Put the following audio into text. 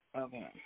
okay